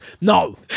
No